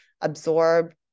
absorb